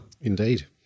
indeed